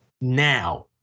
Now